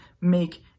make